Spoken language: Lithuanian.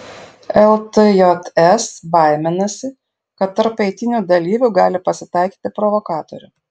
ltjs baiminasi kad tarp eitynių dalyvių gali pasitaikyti provokatorių